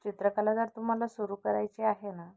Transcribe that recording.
चित्रकला जर तुम्हाला सुरू करायची आहे ना